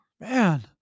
Man